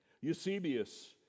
Eusebius